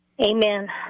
Amen